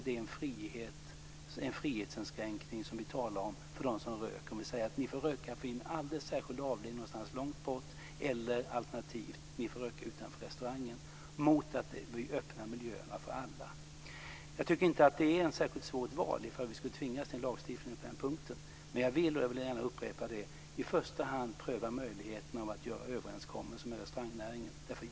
Det är ingen stor frihetsinskränkning om de som röker får röka på en särskild avdelning eller röka utanför restaurangen med tanke på att man i så fall kan öppna miljöerna för alla. Det är inte ett särskilt svårt val ifall vi skulle tvingas att införa en lagstiftning på den punkten. Men jag upprepar att jag i första hand vill pröva möjligheten att träffa överenskommelser med restaurangnäringen.